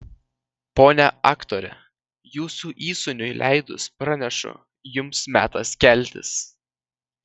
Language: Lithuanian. ponia aktore jūsų įsūniui leidus pranešu jums metas keltis